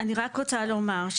אני רק רוצה לומר,